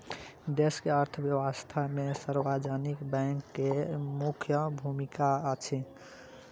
देश के अर्थव्यवस्था में सार्वजनिक बैंक के मुख्य भूमिका अछि